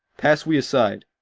pass we aside,